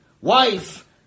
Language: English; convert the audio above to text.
wife